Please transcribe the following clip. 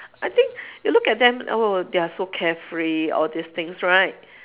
I think you look at them oh they are so carefree all these things right